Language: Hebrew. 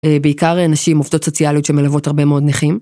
בעיקר נשים, עובדות סוציאליות, שמלוות הרבה מאוד נכים.